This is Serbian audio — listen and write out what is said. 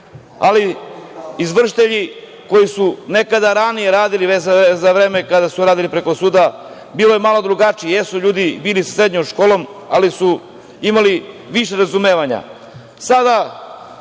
ali izvršitelji koji su nekada ranije radili, za vreme kada su radili preko suda, bilo je malo drugačije. Jesu ljudi bili sa srednjom školom, ali su imali više razumevanja.